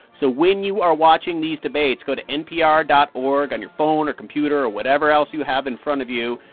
so when you are watching these debates, go to npr dot org on your phone or computer or whatever else you have in front of you,